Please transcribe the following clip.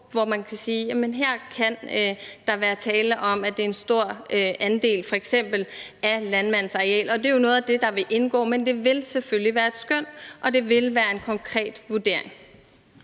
hvor man kan sige, at der kan være tale om, at det er en stor andel, f.eks. af landmandens areal, og det er jo noget af det, der vil indgå, men det vil selvfølgelig være et skøn, og det vil være en konkret vurdering.